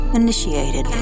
initiated